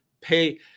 pay